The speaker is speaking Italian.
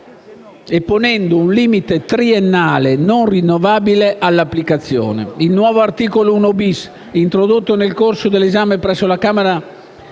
e ponendo un limite triennale (non rinnovabile) all'applicazione. Il nuovo articolo 1-*bis*, introdotto nel corso dell'esame presso la Camera,